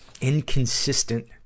inconsistent